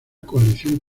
coalición